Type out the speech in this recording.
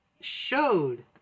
Showed